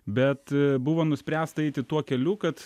bet buvo nuspręsta eiti tuo keliu kad